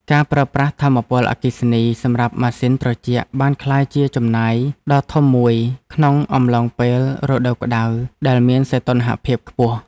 ការប្រើប្រាស់ថាមពលអគ្គិសនីសម្រាប់ម៉ាស៊ីនត្រជាក់បានក្លាយជាចំណាយដ៏ធំមួយក្នុងអំឡុងពេលរដូវក្ដៅដែលមានសីតុណ្ហភាពខ្ពស់។